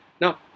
Now